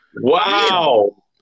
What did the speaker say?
Wow